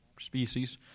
species